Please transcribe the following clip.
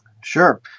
Sure